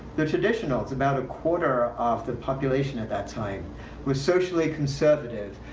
the traditionals about a quarter of the population at that time were socially conservative,